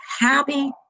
happy